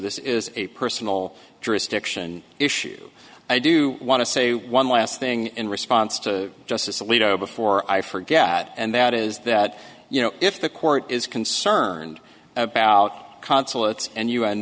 this is a personal jurisdiction issue i do want to say one last thing in response to justice alito before i forget and that is that you know if the court is concerned about consulates and u